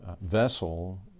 vessel